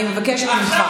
אני מבקשת ממך.